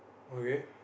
okay